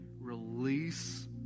release